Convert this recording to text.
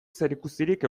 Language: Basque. zerikusirik